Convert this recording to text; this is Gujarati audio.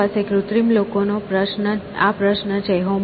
આપણી પાસે કૃત્રિમ લોકોનો આ પ્રશ્ન છે